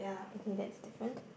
okay that's different